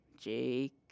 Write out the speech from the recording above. Jake